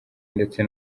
ndetse